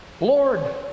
Lord